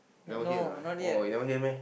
never hear ah oh you never hear meh